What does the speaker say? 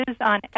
on